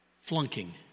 Flunking